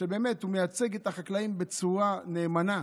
שבאמת מייצג את החקלאים בצורה נאמנה.